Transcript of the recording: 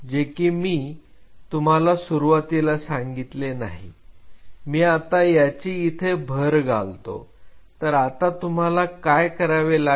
जे की मी तुम्हाला सुरुवातीला सांगितले नाही मी आता याची इथे भर घालतो तर आता तुम्हाला काय करावे लागेल